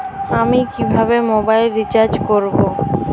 আমি কিভাবে mobile recharge করব?